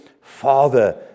Father